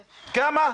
כמה?